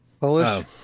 Polish